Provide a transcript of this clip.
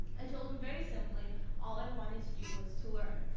i told him very simply all i wanted to do was to learn,